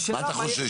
מה אתה חושש?